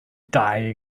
die